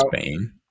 Spain